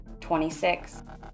26